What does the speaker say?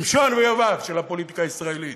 שמשון ויובב של הפוליטיקה הישראלית,